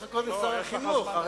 או לחכות לשר החינוך?